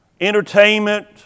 entertainment